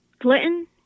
Clinton